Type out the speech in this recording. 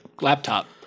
laptop